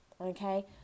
okay